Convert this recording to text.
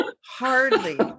Hardly